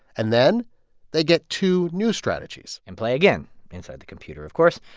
and then they get two new strategies and play again inside the computer, of course.